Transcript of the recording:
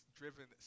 driven